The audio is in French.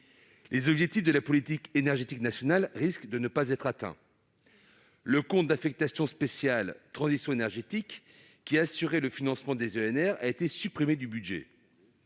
les objectifs de la politique énergétique nationale risquent de ne pas être atteints et le compte d'affectation spéciale « Transition énergétique », qui assurait le financement des EnR, a été supprimé du budget.